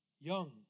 Young